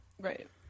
Right